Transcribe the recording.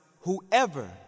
whoever